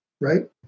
right